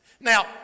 Now